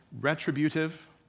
retributive